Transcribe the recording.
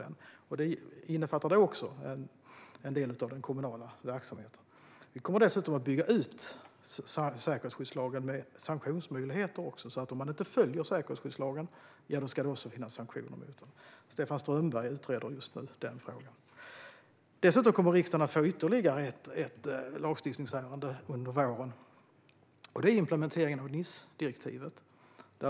Detta innefattar också delar av den kommunala verksamheten. Vi kommer dessutom att bygga ut säkerhetsskyddslagen med sanktionsmöjligheter, så att det ska finnas sanktioner att ta till mot dem som inte följer säkerhetsskyddslagen. Stefan Strömberg utreder just nu denna fråga. Riksdagen kommer att få ytterligare ett lagstiftningsärende under våren, nämligen implementeringen av NIS-direktivet.